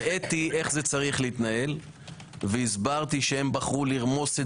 הראיתי איך זה צריך להתנהל והסברתי שהם בחרו לרמוס את